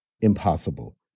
impossible